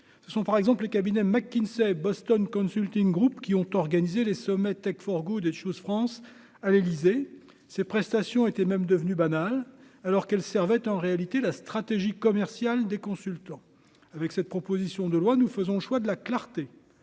ce sont par exemple les cabinet McKinsey, Boston Consulting Group qui ont organisé les sommets Tech for Good des choses France à l'Élysée, ces prestations était même devenu banal, alors qu'elle servait en réalité la stratégie commerciale des consultants avec cette proposition de loi, nous faisons, choix de la clarté,